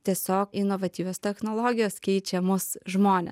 tiesiog inovatyvios technologijos keičia mus žmones